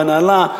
והנהלה,